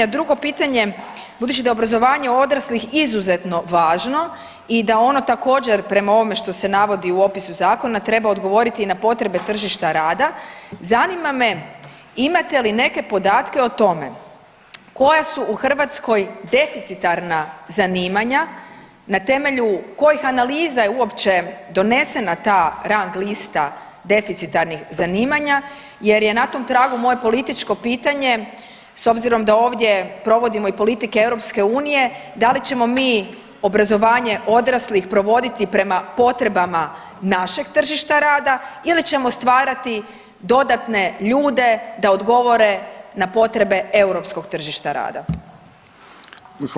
A drugo pitanje, budući da je obrazovanje odraslih izuzetno važno i da ono također, prema ovome što se navodi u opisu zakona, treba odgovoriti na potrebe tržišta rada, zanima me imate li neke podatke o tome koja su u Hrvatskoj deficitarna zanimanja, na temelju kojih analiza je uopće donesena ta rang lista deficitarnih zanimanja jer je na tom tragu moje političko pitanje, s obzirom da ovdje provodimo i politike EU, da li ćemo mi obrazovanje odraslih provoditi prema potrebama našeg tržišta rada ili ćemo stvarati dodatne ljude da odgovore na potrebe europskog tržišta rada?